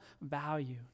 value